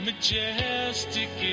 majestic